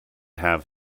have